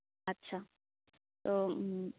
ᱟᱪᱪᱷᱟ ᱚ ᱩ